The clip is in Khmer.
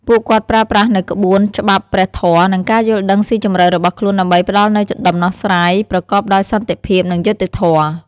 ពួកគាត់ប្រើប្រាស់នូវក្បួនច្បាប់ព្រះធម៌ និងការយល់ដឹងស៊ីជម្រៅរបស់ខ្លួនដើម្បីផ្តល់នូវដំណោះស្រាយប្រកបដោយសន្តិភាព និងយុត្តិធម៌។